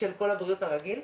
של קול הבריאות הרגיל?